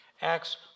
Acts